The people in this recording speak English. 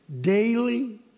Daily